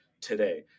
today